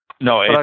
No